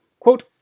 Quote